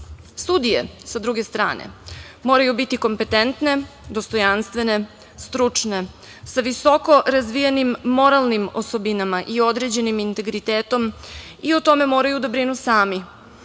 prava. Sudije, sa druge strane, moraju biti kompetentne, dostojanstvene, stručne, sa visoko razvijenim moralnim osobinama i određenim integritetom i o tome moraju da brinu sami,